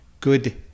good